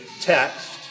text